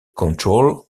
control